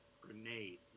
grenade